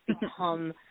become